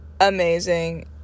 amazing